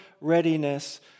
readiness